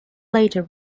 later